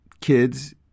kids